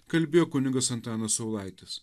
kalbėjo kunigas antanas saulaitis